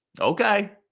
Okay